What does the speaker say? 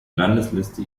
landesliste